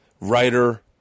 Writer